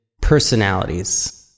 personalities